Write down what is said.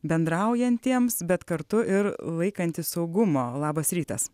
bendraujantiems bet kartu ir laikantis saugumo labas rytas